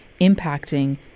impacting